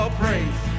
praise